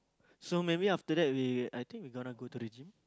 so maybe after that we I think we gonna go to the gym